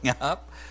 up